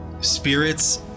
spirits